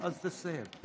אז תסיים.